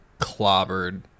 clobbered